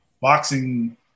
boxing